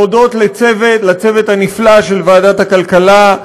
להודות לצוות הנפלא של ועדת הכלכלה,